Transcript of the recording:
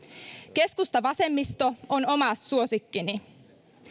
keskusta vasemmisto on oma suosikkini